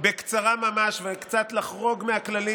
ממש בקצרה וקצת לחרוג מהכללים,